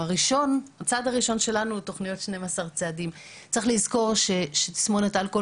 הצעד הראשון הוא שצריך לזכור שתסמונת האלכוהול